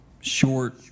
short